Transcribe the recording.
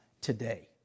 today